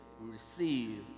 receive